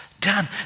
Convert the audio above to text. done